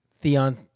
Theon